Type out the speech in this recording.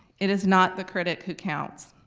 it is not the critic who counts.